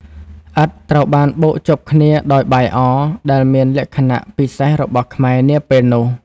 ឥដ្ឋត្រូវបានបូកជាប់គ្នាដោយបាយអរ ដែលមានលក្ខណៈពិសេសរបស់ខ្មែរនាពេលនោះ។